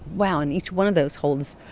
wow. and each one of those holds,